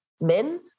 Men